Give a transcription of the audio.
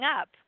up